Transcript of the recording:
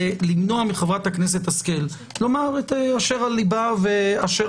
למנוע מחברת הכנסת השכל לומר את אשר על ליבה ואשר